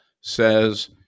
says